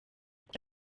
kuki